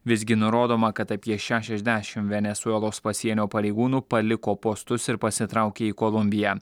visgi nurodoma kad apie šešiasdešimt venesuelos pasienio pareigūnų paliko postus ir pasitraukė į kolumbiją